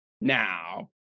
now